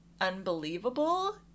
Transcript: unbelievable